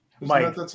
Mike